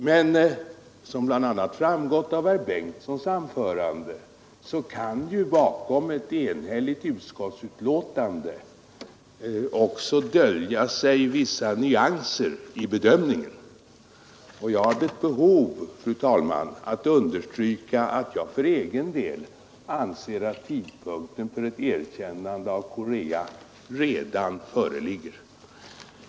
Men som bl.a. framgått av herr Bengtsons anförande kan bakom ett enhälligt utskottsbetänkande också dölja sig vissa nyanser i bedömningen. Och jag har, fru talman, ett behov av att understryka att jag för egen del anser att tidpunkten för ett erkännande av Korea redan är inne.